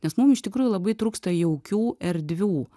nes mum iš tikrųjų labai trūksta jaukių erdvių